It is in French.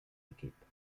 équipes